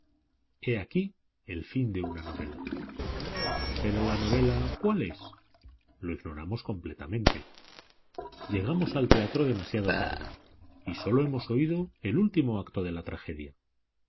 he aquí el fin de una novela pero la novela cuál es lo ignoramos completamente llegamos al teatro demasiado tarde y sólo hemos oído el último acto de la tragedia